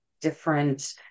different